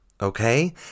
okay